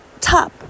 top